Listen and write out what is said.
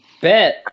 Bet